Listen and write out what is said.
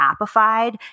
appified